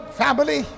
family